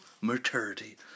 maturity